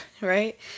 right